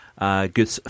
good